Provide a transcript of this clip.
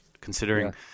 considering